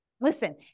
Listen